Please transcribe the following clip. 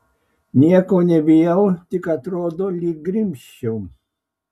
nieko nebijau tik atrodo lyg grimzčiau